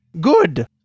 Good